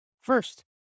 First